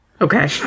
Okay